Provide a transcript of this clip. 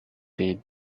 they